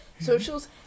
socials